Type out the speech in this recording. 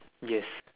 yes